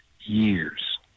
years